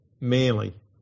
merely